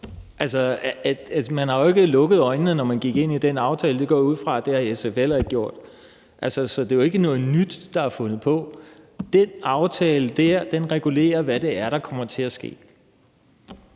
Man har ikke lukket øjnene, da man gik ind i den aftale. Det går jeg ud fra at SF heller ikke har gjort. Så det er jo ikke noget nyt, der er fundet på. Den aftale regulerer, hvad det er, der kommer til at ske.